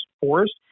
forest